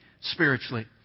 spiritually